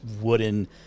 wooden